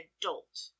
adult